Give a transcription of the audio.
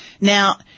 Now